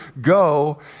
Go